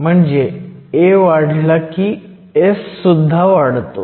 म्हणजे a वाढला की S सुद्धा वाढतो